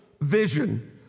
vision